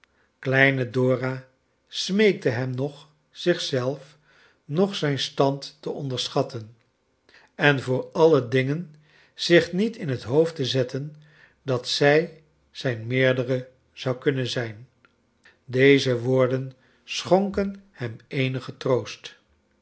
kleine dora smeekte hem noch zich zelf noch zijn stand te ondersohatten en voor alle dingen zich niet in het hoofd te zetten dat zij zijn meerdere zou kunnen zijn deze woorden schonken hem eenigen troost